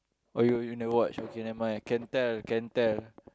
oh you you never watch okay never mind can tell can tell